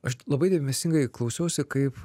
aš labai dėmesingai klausiausi kaip